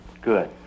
good